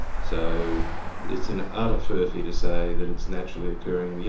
so it's an utter furphy to say that it's naturally occurring. yeah